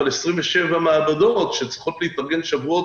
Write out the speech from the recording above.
אבל 27 מעבדות שצריכות להתארגן במשך שבועות